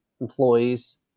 employees